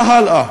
מה הלאה,